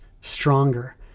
stronger